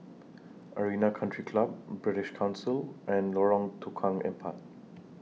Arena Country Club British Council and Lorong Tukang Empat